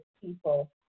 people